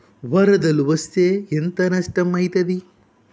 వరదలు వస్తే ఎంత నష్టం ఐతది?